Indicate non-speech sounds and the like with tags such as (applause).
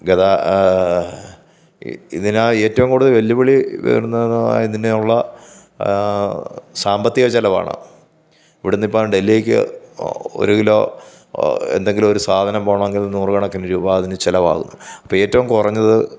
ഇതിനായി ഏറ്റവും കൂടുതൽ വെല്ലുവിളി നേരിടുന്നത് (unintelligible) ഇതിനുള്ള സാമ്പത്തിക ചെലവാണ് ഇവിടുന്നിപ്പോള് ഡെല്ലിക്ക് ഒരു കിലോ എന്തെങ്കിലും ഒരു സാധനം പോകണമെങ്കിൽ നൂറു കണക്കിന് രൂപ അതിനു ചെലവാകും അപ്പോള് ഏറ്റവും കുറഞ്ഞത്